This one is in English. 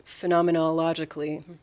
phenomenologically